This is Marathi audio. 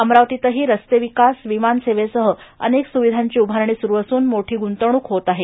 अमरावतीतही रस्तेविकास विमान सेवेसह अनेक सुविधांची उभारणी सुरू असून मोठी गुंतवणुक होत आहे